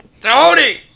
Tony